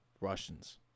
Russians